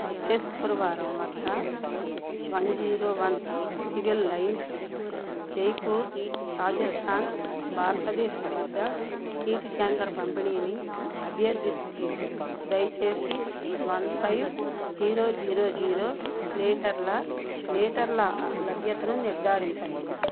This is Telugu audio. వచ్చే శుక్రవారం వద్ద one zero one civil lines Jaipur Rajasthan భారతదేశం వద్ద నీటి ట్యాంకర్ పంపిణీని అభ్యర్థిస్తోంది దయచేసి one five zero zero zero లీటర్ల లీటర్ల లభ్యతను నిర్ధారించండి